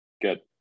Good